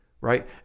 Right